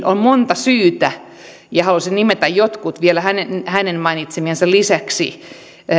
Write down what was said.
on monta syytä ja haluaisin nimetä vielä joitakin hänen mainitsemiensa lisäksi